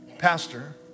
pastor